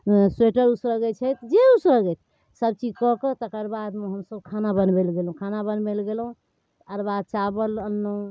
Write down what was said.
sweater उसरगै छथि जे उसरगथि सबचीज कऽ कऽ तकर बादमे हमसभ खाना बनबैलए गेलहुँ खाना बनबैलए गेलहुँ अरवा चावल अनलहुँ